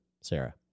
Sarah